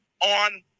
on